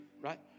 right